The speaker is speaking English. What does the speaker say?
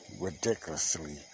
ridiculously